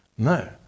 No